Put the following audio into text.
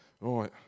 right